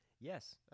yes